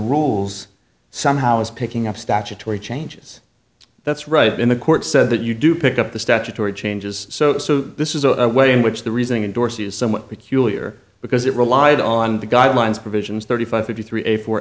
rules somehow is picking up statutory changes that's right in the court said that you do pick up the statutory changes so this is a way in which the reasoning and dorsey is somewhat peculiar because it relied on the guidelines provisions thirty five fifty three a fo